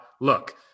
look